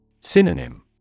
Synonym